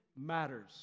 matters